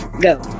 Go